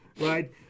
right